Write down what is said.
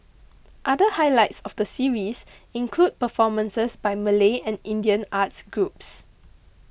other highlights of the series include performances by Malay and Indian arts groups